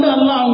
Allah